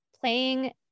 playing